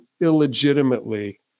illegitimately